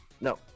No